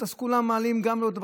אז דווקא בעיתוי